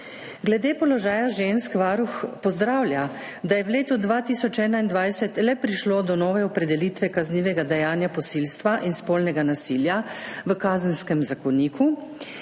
Glede položaja žensk Varuh pozdravlja, da je v letu 2021 le prišlo do nove opredelitve kaznivega dejanja posilstva in spolnega nasilja v Kazenskem zakoniku,